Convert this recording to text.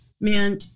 Man